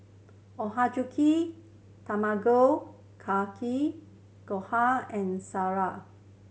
Ochazuke Tamago Kake Gohan and